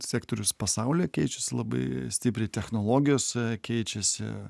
sektorius pasaulyje keičiasi labai stipriai technologijos keičiasi